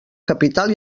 capital